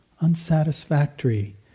unsatisfactory